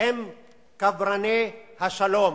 הם קברני השלום,